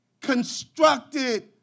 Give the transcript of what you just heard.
constructed